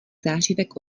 zářivek